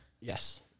Yes